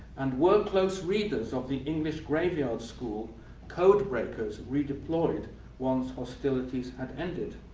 and were close readers of the english graveyard school codebreakers redeployed once hostilities had ended?